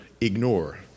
ignore